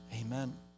Amen